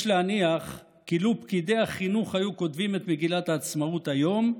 יש להניח כי לו פקידי החינוך היו כותבים את מגילת העצמאות היום,